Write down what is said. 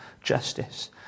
justice